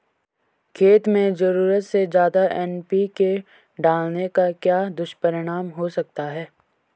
खेत में ज़रूरत से ज्यादा एन.पी.के डालने का क्या दुष्परिणाम हो सकता है?